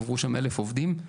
עברו שם אלף עובדים,